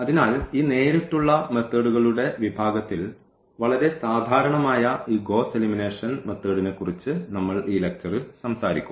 അതിനാൽ ഈ നേരിട്ടുള്ള മെത്തേഡ്കളുടെ വിഭാഗത്തിൽ വളരെ സാധാരണമായ ഈ ഗ്വോസ്സ് എലിമിനേഷൻ മെത്തേഡിനെക്കുറിച്ച് നമ്മൾ ഈ ലെക്ച്ചറിൽ സംസാരിക്കും